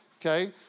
okay